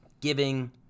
giving